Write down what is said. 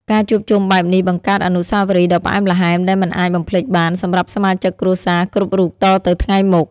ការជួបជុំបែបនេះបង្កើតអនុស្សាវរីយ៍ដ៏ផ្អែមល្ហែមដែលមិនអាចបំភ្លេចបានសម្រាប់សមាជិកគ្រួសារគ្រប់រូបតទៅថ្ងៃមុខ។